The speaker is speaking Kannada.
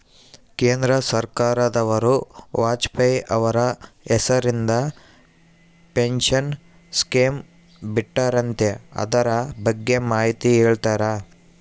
ಕೇಂದ್ರ ಸರ್ಕಾರದವರು ವಾಜಪೇಯಿ ಅವರ ಹೆಸರಿಂದ ಪೆನ್ಶನ್ ಸ್ಕೇಮ್ ಬಿಟ್ಟಾರಂತೆ ಅದರ ಬಗ್ಗೆ ಮಾಹಿತಿ ಹೇಳ್ತೇರಾ?